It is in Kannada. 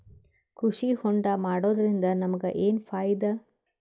ಕೃಷಿ ಹೋಂಡಾ ಮಾಡೋದ್ರಿಂದ ನಮಗ ಏನ್ ಫಾಯಿದಾ?